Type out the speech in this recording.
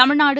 Tamil Nadu